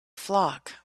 flock